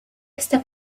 esta